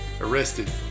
arrested